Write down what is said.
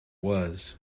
was